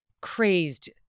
crazed